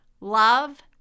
love